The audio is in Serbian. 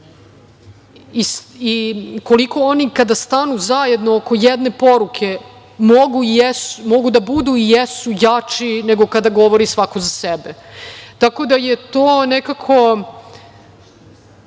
i koliko oni kada stanu zajedno oko jedne poruke, mogu da budu i jesu jači nego kada govori svako za sebe. Tako da je to nekako